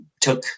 took